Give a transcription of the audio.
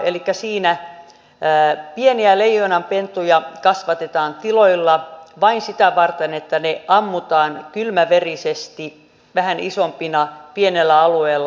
elikkä siinä pieniä leijonanpentuja kasvatetaan tiloilla vain sitä varten että ne ammutaan kylmäverisesti vähän isompina pienellä alueella